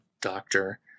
doctor